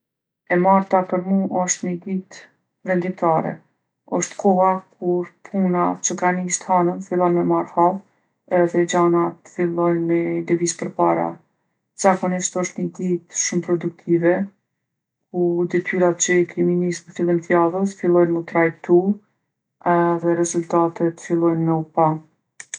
E marta për mu osht ni ditë vendimtare. Osht koha kur puna që ka nisë t'hanën fillon me marrë hov edhe gjanat fillojnë me lëvizë përpara. Zakonisht osht ni ditë shumë produktive, ku detyrat që i kemi nisë n'fillim t'javës fillojnë m'u trajtu edhe rezultatet fillojnë me u pa.